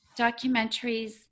documentaries